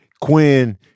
Quinn